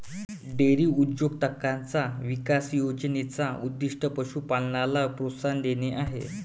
dairy उद्योजकताचा विकास योजने चा उद्दीष्ट पशु पालनाला प्रोत्साहन देणे आहे